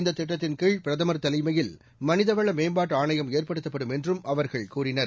இந்த திட்டத்தின் கீழ் பிரதமர் தலைமையில் மனிதவள மேம்பாட்டு ஆணையம் ஏற்படுத்தப்படும் என்றும் அவர்கள் கூறினர்